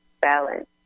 balance